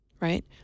right